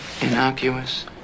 innocuous